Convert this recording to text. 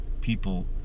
People